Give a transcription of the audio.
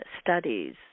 studies